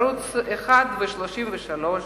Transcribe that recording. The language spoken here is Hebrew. ערוץ-1 וערוץ-33,